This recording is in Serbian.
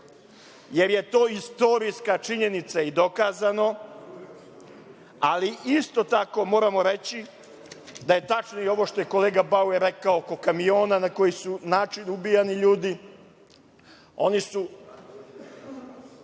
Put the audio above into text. jer je to istorijska činjenica i dokazano. Isto tako, moramo reći da je tačno i ovo što je kolega Bauer rekao oko kamiona, na koji su način ubijani ljudi. Oni su